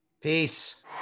Peace